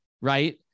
right